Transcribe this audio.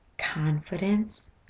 confidence